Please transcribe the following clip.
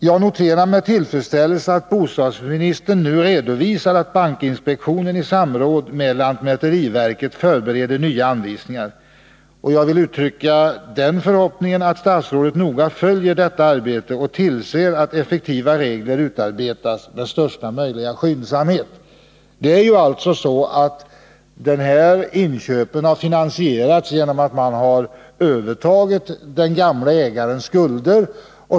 Jag noterar med tillfredsställelse att bostadsministern nu redovisar att bankinspektionen i samråd med lantmäteriverket förbereder nya anvisningar. Jag vill uttrycka den förhoppningen att statsrådet noga följer detta arbete och tillser att effektiva regler utarbetas med största möjliga skyndsamhet. De här aktuella inköpen har finansierats genom att köparna har övertagit den förre ägarens skulder.